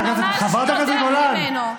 ממש נודף ממנו.